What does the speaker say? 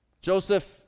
Joseph